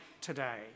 today